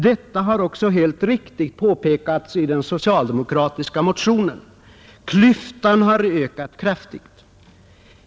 Detta har också helt riktigt påpekats i den socialdemokratiska motionen, Klyftan har ökat kraftigt.